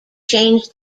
changed